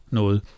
noget